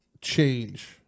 change